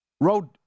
road